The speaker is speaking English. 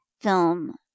film